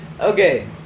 Okay